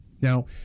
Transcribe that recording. Now